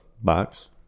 box